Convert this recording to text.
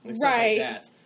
Right